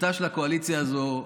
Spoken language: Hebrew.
השיטה של הקואליציה הזאת,